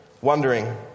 wondering